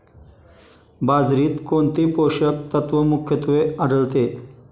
बाजरीत कोणते पोषक तत्व मुख्यत्वे आढळते?